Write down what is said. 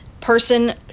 person